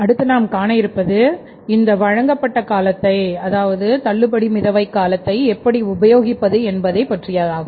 அடுத்து நாம் காண இருப்பது இந்த வழங்கப்பட்ட காலத்தை எப்படி உபயோகிப்பது என்பதை பற்றியதாகும்